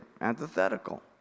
antithetical